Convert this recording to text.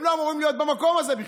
הם לא אמורים להיות במקום הזה בכלל.